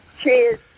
Cheers